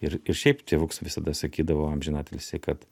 ir ir šiaip tėvuks visada sakydavo amžinatilsį kad